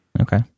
Okay